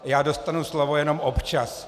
Já dostanu slovo jenom občas.